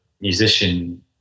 musician